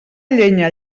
llenya